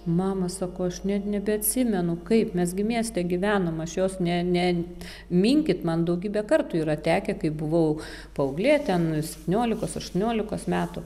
mama sakau aš net nebeatsimenu kaip mes gi mieste gyvenam aš jos ne ne minkyt man daugybę kartų yra tekę kai buvau paauglė ten septyniolikos aštuoniolikos metų